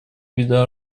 вида